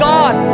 God